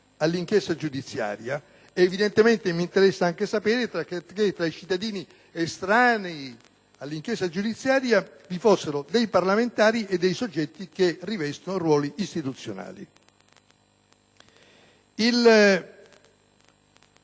all'inchiesta giudiziaria. Evidentemente mi interessa anche sapere che, tra i cittadini estranei all'inchiesta giudiziaria, vi fossero dei parlamentari e dei soggetti che rivestono ruoli istituzionali.